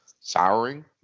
souring